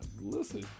Listen